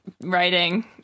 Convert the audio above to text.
Writing